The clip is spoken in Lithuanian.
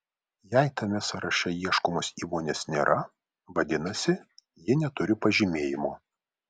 jei tame sąraše ieškomos įmonės nėra vadinasi ji neturi pažymėjimo